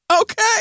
Okay